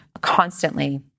constantly